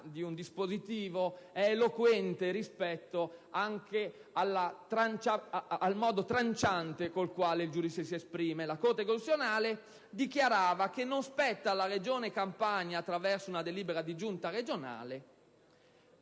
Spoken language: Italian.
di un dispositivo sia eloquente anche rispetto al modo *tranchant* con cui il giudice si esprime. La Corte costituzionale dichiarava che non spetta alla Regione Campania, attraverso una delibera di Giunta regionale,